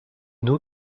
nur